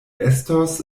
estos